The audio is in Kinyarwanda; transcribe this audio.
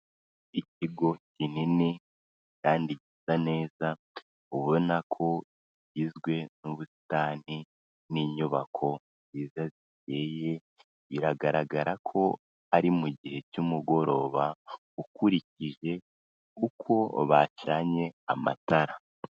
Ikigo kinini kandi gisa neza ubona ko kigizwe n'ubusitani n'inyubako nziza zikeye, biragaragara ko ari mu gihe cy'umugoroba ukurikije uko bacanye amatara.